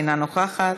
אינה נוכחת,